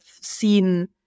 seen